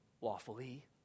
lawfully